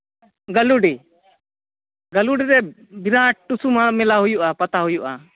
ᱜᱟᱹᱞᱩᱰᱤ ᱜᱟᱹᱞᱩᱰᱤ ᱨᱮ ᱵᱤᱨᱟᱴ ᱴᱩᱥᱩ ᱢᱟ ᱢᱮᱞᱟ ᱦᱩᱭᱩᱜᱼᱟ ᱯᱟᱛᱟ ᱦᱩᱭᱩᱜᱼᱟ